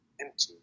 empty